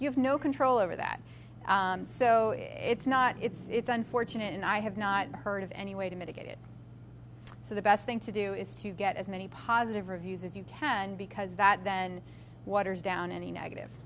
you have no control over that so it's not it's unfortunate and i have not heard of any way to mitigate it so the best thing to do is to get as many positive reviews as you can because that then waters down any negative